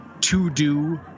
to-do